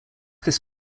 this